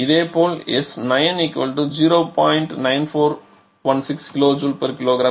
இதேபோல் s9 0